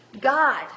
God